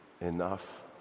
enough